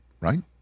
right